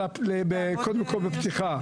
קודם כל בפתיחה,